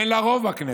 אין לה רוב בכנסת.